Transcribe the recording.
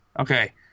Okay